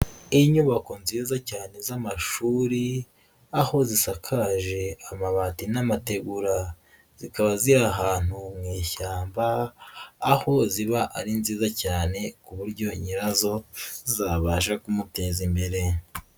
Inyubako nziza cyane z'amashuri, aho zisakaje amabati n'amategura zikaba ziri ahantu mushyamba, aho ziba ari nziza cyane ku buryo nyirazo zabasha kumuteza imbere.